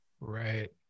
right